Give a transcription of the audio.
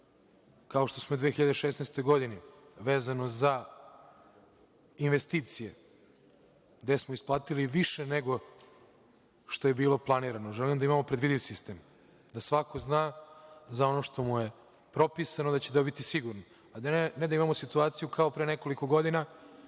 kao što smo u 2016. godini, vezano za investicije, gde smo isplatili više nego što je bilo planirano, želim da imamo predvidiv sistem, da svako zna za ono što mu je propisano da će dobiti sigurno, a ne da imamo situaciju kao pre nekoliko godina